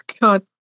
god